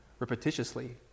repetitiously